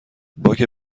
باک